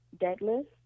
deadlift